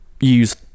use